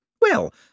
Well